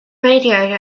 radiator